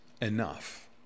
enough